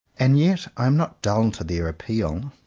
and yet i am not dull to their appeal.